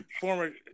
former